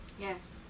Yes